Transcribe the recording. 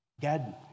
God